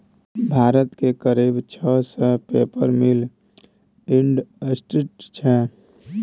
भारत मे करीब छह सय पेपर मिल इंडस्ट्री छै